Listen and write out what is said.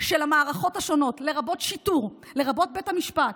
של המערכות השונות, לרבות שיטור, לרבות בית המשפט,